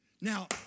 Now